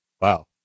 Wow